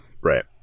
Right